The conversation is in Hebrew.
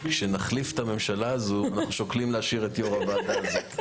כשנחליף את הממשלה הזאת אנחנו שוקלים להשאיר את יושבת-ראש הוועדה הזאת.